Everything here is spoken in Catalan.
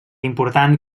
important